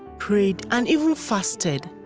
prayed and even fasted.